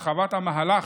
הרחבת המהלך,